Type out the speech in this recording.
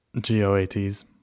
g-o-a-t's